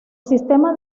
sistema